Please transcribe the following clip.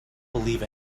believe